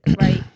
right